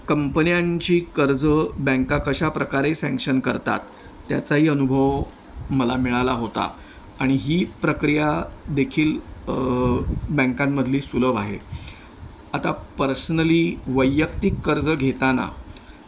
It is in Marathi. कंपन्यांची कर्ज बँका कशा प्रकारे सँंक्शन करतात त्याचाही अनुभव मला मिळाला होता आणि ही प्रक्रिया देखील बँकांमधली सुलभ आहे आता पर्सनली वैयक्तिक कर्ज घेताना